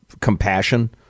Compassion